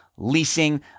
Leasing